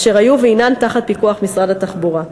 אשר היו והנן תחת פיקוח משרד התחבורה.